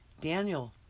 Daniel